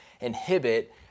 inhibit